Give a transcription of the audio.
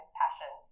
passion